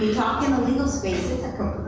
talk in the legal space, it's